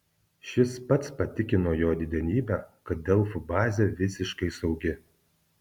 šis pats patikino jo didenybę kad delfų bazė visiškai saugi